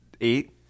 eight